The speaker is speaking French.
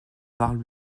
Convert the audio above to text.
parle